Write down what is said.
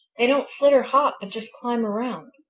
they don't flit or hop, but just climb around.